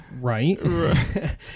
right